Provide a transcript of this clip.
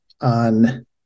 on